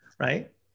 right